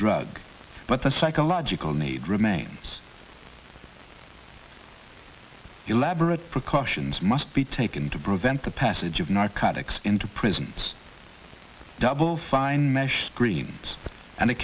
drug but the psychological need remains elaborate precautions must be taken to prevent the passage of narcotics into prisons double fine mesh screamed and